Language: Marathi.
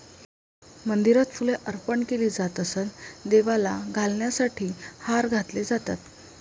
मंदिरात फुले अर्पण केली जात असत, देवाला घालण्यासाठी हार घातले जातात